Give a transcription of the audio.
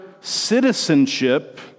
citizenship